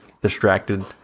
distracted